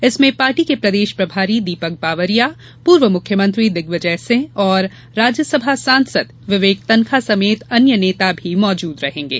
इसमें पार्टी के प्रदेश प्रभारी दीपक बावरिया पूर्व मुख्यमंत्री दिग्विजय सिंह और राज्यसभा सांसद विवेक तन्खा समेत अन्य नेता भी मौजूद रहेंगे